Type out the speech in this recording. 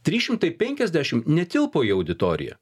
trys šimtai penkiasdešim netilpo į auditoriją